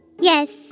Yes